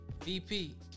VP